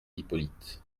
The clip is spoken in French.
hippolyte